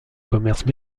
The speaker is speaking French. commerce